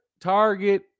Target